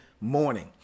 morning